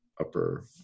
upper